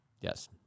Yes